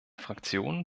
fraktion